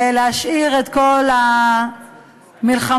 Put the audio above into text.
ולהשאיר את כל המלחמות,